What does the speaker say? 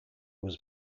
was